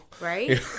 right